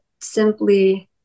simply